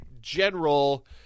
general